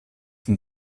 den